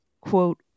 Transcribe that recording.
quote